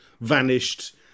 vanished